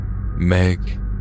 Meg